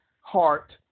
heart